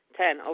ten